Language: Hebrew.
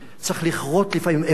צריך לכרות לפעמים איבר.